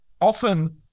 Often